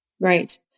Right